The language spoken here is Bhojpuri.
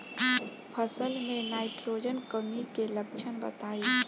फसल में नाइट्रोजन कमी के लक्षण बताइ?